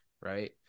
right